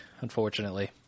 unfortunately